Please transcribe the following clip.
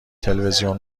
تلویزیون